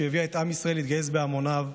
שהביאה את עם ישראל להתגייס בהמוניו,